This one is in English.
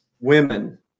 Women